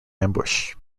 ambush